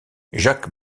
jack